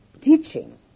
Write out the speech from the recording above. teaching